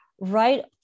right